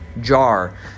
jar